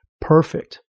perfect